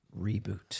reboot